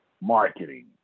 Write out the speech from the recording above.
marketing